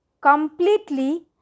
completely